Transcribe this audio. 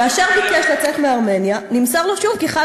כאשר ביקש לצאת מארמניה נמסר לו שוב כי חלה